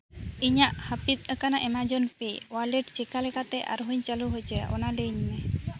ᱤᱧᱟᱹᱜ ᱦᱟᱹᱯᱤᱫ ᱟᱠᱟᱱᱟ ᱮᱢᱟᱡᱚᱱ ᱯᱮ ᱳᱣᱟᱞᱮᱴ ᱪᱮᱠᱟ ᱞᱮᱠᱟᱛᱮ ᱟᱨᱦᱚᱸᱧ ᱪᱟᱹᱞᱩ ᱦᱚᱪᱚᱭᱟ ᱚᱱᱟ ᱞᱟᱹᱭᱟᱹᱧ ᱢᱮ